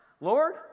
Lord